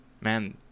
Man